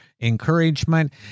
encouragement